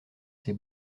ses